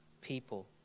people